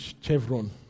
Chevron